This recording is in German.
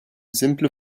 simple